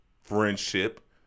friendship